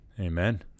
Amen